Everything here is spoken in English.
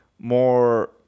more